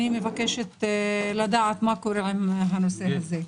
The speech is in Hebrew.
אני מבקשת לדעת מה קורה עם הנושא הזה.